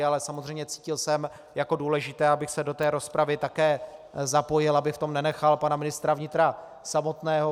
Ale samozřejmě cítil jsem jako důležité, abych se do té rozpravy také zapojil, abych v tom nenechal pana ministra vnitra samotného.